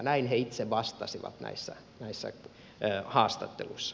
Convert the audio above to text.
näin he itse vastasivat näissä haastatteluissa